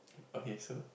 okay so